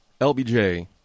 LBJ